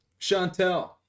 Chantel